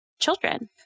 children